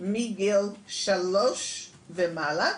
מגיל שלוש ומעלה.